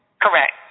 Correct